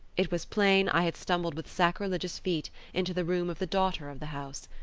it was plain i had stumbled with sacrilegious feet into the room of the daughter of the house.